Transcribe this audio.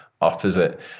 opposite